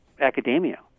academia